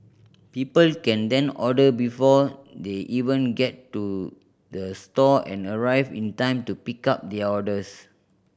people can then order before they even get to the store and arrive in time to pick up their orders